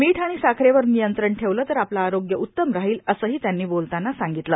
मीठ आणि साखरेवर नियंत्रण ठेवलं तर आपलं आरोग्य उत्तम राहील असंही त्यांनी बोलताना सांगितलं